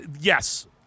Yes